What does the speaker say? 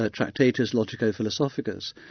ah tractatus logico-philosophicus,